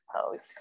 pose